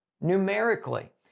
numerically